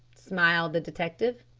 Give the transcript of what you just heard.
smiled the detective.